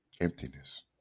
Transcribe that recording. emptiness